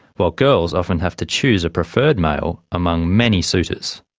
while girls often have to choose a preferred male among many suitors.